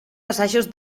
assajos